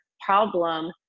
problem